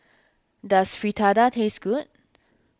does Fritada taste good